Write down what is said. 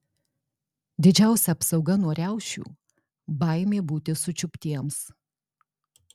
didžiausia apsauga nuo riaušių baimė būti sučiuptiems